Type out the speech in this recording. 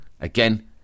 again